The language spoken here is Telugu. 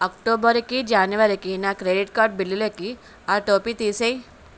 అక్టోబరికి జానవరికి నా క్రెడిట్ కార్డు బిల్లులకి ఆటోపే తీసేయి